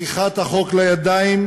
לקיחת החוק לידיים,